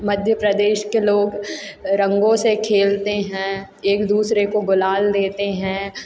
मध्य प्रदेश के लोग रंगों से खेलते हैं एक दूसरे को गुलाल देते हैं